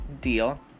deal